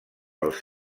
pels